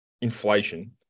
inflation